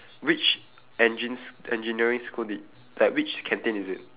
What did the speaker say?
which engine s~ engineering school did like which canteen is it